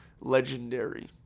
legendary